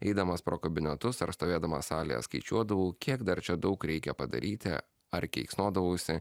eidamas pro kabinetus ar stovėdama salėje skaičiuodavau kiek dar čia daug reikia padaryti ar keiksnodavausi